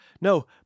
No